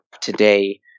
today